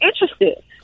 interested